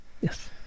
Yes